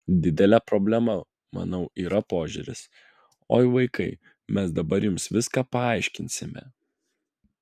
didelė problema manau yra požiūris oi vaikai mes dabar jums viską paaiškinsime